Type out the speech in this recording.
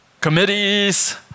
committees